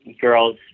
girls